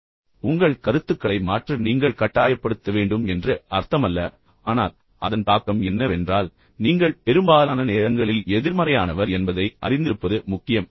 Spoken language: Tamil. இப்போது உங்கள் கருத்துக்களை மாற்ற நீங்கள் கட்டாயப்படுத்த வேண்டும் என்று அர்த்தமல்ல ஆனால் அதன் தாக்கம் என்னவென்றால் நீங்கள் பெரும்பாலான நேரங்களில் எதிர்மறையானவர் என்பதை நீங்கள் அறிந்திருப்பது முக்கியம்